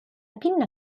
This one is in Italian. pinna